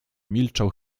milczał